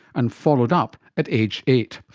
and followed up at aged eight.